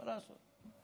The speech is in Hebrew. מה לעשות?